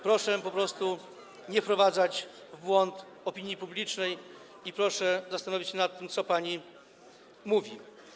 Proszę nie wprowadzać w błąd opinii publicznej i proszę zastanowić się nad tym, co pani mówi.